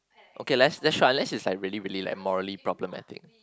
okay let's let's try unless is like really really like morally problematic I think